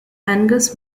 angus